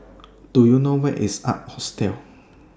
Do YOU know Where IS Ark Hostel